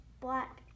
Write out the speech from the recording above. black